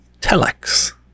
Telex